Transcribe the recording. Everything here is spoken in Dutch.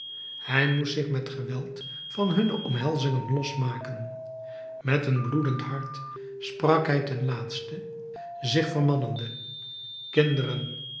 hij moest zich met geweld van hunne omhelzingen los maken met een bloedend hart sprak hij ten laatste zich vermannende kinderen